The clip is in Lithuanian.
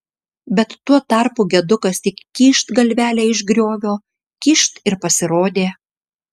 bet tuo tarpu gedukas tik kyšt galvelę iš griovio kyšt ir pasirodė